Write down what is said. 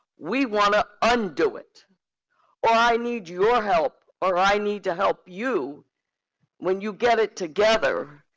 we wanna undo it or i need your help, or i need to help you when you get it together,